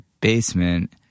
basement